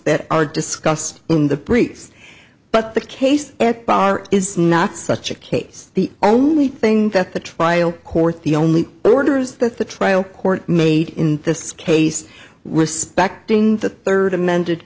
that are discussed in the briefs but the case at bar is not such a case the only thing that the trial court the only orders that the trial court made in this case were suspecting the third amended